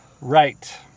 Right